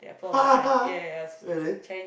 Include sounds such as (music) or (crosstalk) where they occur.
(laughs) really